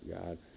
God